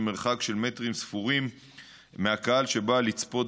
במרחק של מטרים ספורים מהקהל שבא לצפות